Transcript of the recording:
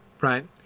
right